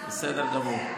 בסדר גמור.